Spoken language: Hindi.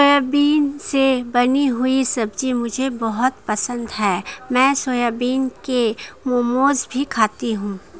सोयाबीन से बनी हुई सब्जी मुझे बहुत पसंद है मैं सोयाबीन के मोमोज भी खाती हूं